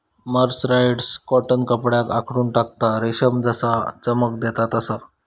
mercerised cotton कपड्याक आखडून टाकता, रेशम जसा चमक देता तसा